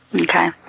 Okay